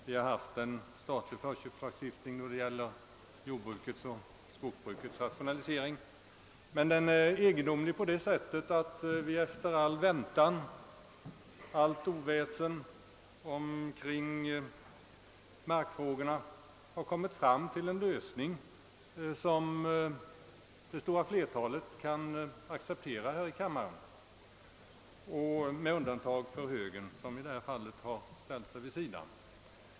Vi har haft en statlig förköpslagstiftning för jordbrukets och skogsbrukets rationalisering, men den som nu är aktuell är säregen på det sättet, att vi efter all väntan och allt oväsen omkring markfrågorna har kommit fram till en lösning som det stora flertalet här i kammaren kan acceptera, med undantag för högern som har ställt sig vid sidan.